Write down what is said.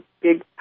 big